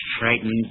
frightened